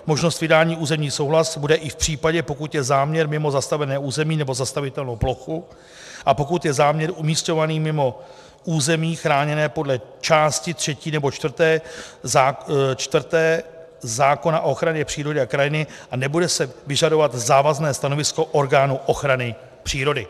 Možnost vydat územní souhlas bude i v případě, pokud je záměr mimo zastavěné území nebo zastavitelnou plochu a pokud je záměr umístěný mimo území chráněné podle části třetí nebo čtvrté zákona o ochraně přírody a krajiny a nebude se vyžadovat závazné stanovisko orgánů ochrany přírody.